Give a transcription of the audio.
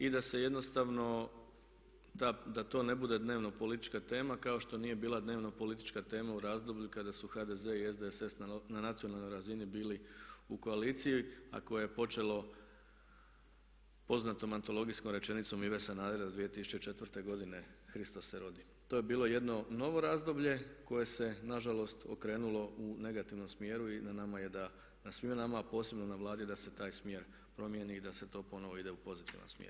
I da se jednostavno da to ne bude dnevno politička tema kao što nije bila dnevno politička tema u razdoblju kada su HDZ i SDSS na nacionalnoj razini bili u koaliciji a koje je počelo poznatom antologijskom rečenicom Ive Sanadera 2004. godine "Hristos se rodi." To je bilo jedno novo razdoblje koje se nažalost okrenulo u negativnom smjeru i na nama je da, na svima nama a posebno na Vladi da se taj smjer promijeni i da se to ponovno ide u pozitivan smjer.